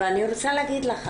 ואני רוצה להגיד לך,